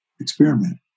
experiment